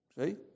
See